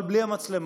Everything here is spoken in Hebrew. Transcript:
אבל בלי המצלמה,